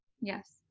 yes